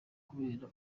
kubera